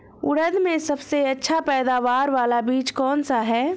उड़द में सबसे अच्छा पैदावार वाला बीज कौन सा है?